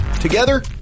Together